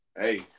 Hey